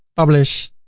publish.